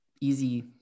easy